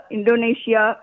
Indonesia